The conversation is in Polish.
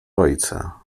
ojca